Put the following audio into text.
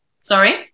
Sorry